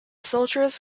soldiers